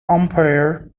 umpire